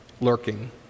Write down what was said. lurking